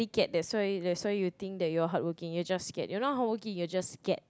cat that's why that's why you think that you're hardworking you're just scared you're not hardworking you're just scared